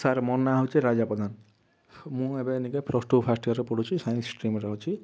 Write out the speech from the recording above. sir ମୋ ନାଁ ହେଉଛି ରାଜା ପ୍ରଧାନ ମୁଁ ଏବେ ଏଇନେ ପ୍ଲସ୍ ଟୁ ଫାର୍ଷ୍ଟ ଇୟର୍ରେ ପଢ଼ୁଛି ସାଇନ୍ସ ଷ୍ଟ୍ରିମ୍ରେ ଅଛି